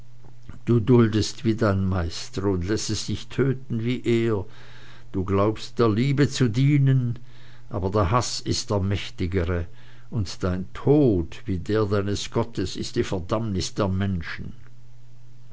du duldest wie dein meister und lässest dich töten wie er du glaubst der liebe zu dienen aber der haß ist der mächtigere und dein tod wie der deines gottes ist die verdammnis der menschen